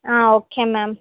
okay ma'am